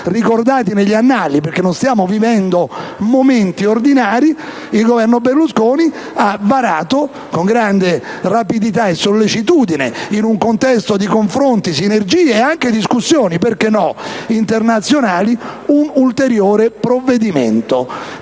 ricordati negli annali, perché non stiamo vivendo momenti ordinari), il Governo Berlusconi ha varato con grande rapidità e sollecitudine, in un contesto di confronti, sinergie e anche discussioni - perché no? - internazionali, un ulteriore provvedimento,